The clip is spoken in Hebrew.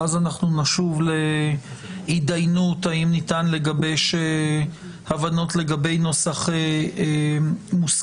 ואז נשוב להתדיינות האם ניתן לגבש הבנות לגבי נוסח מוסכם,